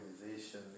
organization